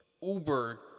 Uber